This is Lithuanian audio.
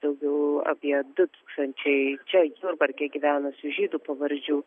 daugiau apie du tūkstančiai čia jurbarke gyvenusių žydų pavardžių